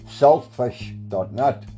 selfish.net